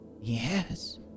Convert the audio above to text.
Yes